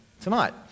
tonight